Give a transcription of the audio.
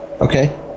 Okay